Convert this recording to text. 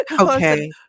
okay